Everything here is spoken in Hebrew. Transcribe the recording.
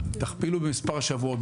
תכפילו במספר השבועות,